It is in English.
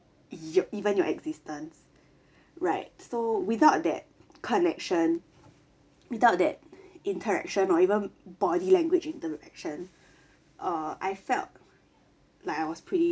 yup even your existence right so without that connection without that interaction or even body language interaction uh I felt like I was pretty